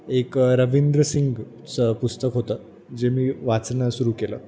एक रवींद्रसिंगचं पुस्तक होतं जे मी वाचणं सुरू केलं